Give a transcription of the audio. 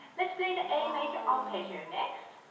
let's play the a major arpeggio next,